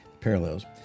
parallels